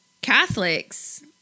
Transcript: Catholics